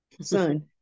son